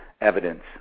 evidence